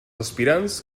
aspirants